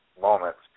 moments